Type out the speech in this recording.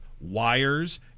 wires